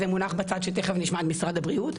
זה מונח בצד ותיכף נשמע את משרד הבריאות,